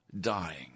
dying